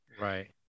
Right